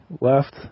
left